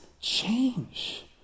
change